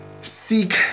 Seek